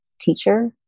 teacher